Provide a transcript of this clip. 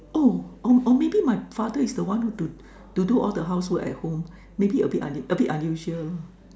oh oh oh maybe my father is the one who do to do all the housework at home maybe a bit on the a bit unusual